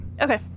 Okay